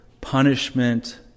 punishment